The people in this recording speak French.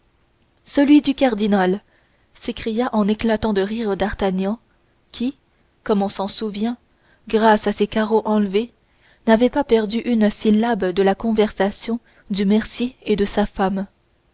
celui du cardinal s'écria en éclatant de rire d'artagnan qui comme on s'en souvient grâce à ses carreaux enlevés n'avait pas perdu une syllabe de la conversation du mercier et de sa femme